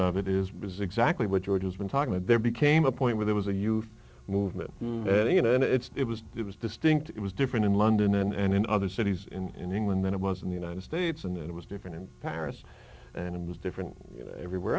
of it is because exact what george has been talking with there became a point where there was a youth movement you know and it's it was it was distinct it was different in london and in other cities in england than it was in the united states and it was different in paris and it was different everywhere